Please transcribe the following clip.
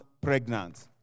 pregnant